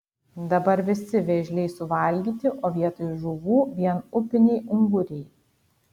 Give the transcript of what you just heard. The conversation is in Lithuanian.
dabar visi vėžliai suvalgyti o vietoj žuvų vien upiniai unguriai